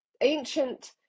ancient